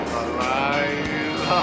alive